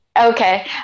okay